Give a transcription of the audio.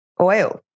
oil